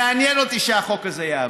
מעניין אותי שהחוק הזה יעבור,